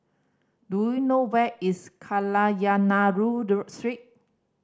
do you know where is Kadayanallur Street